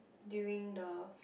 during the